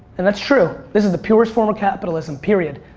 and that's true. this is a purest form of capitalism, period.